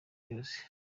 yose